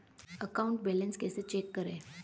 Account balance कैसे check करें?